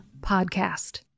podcast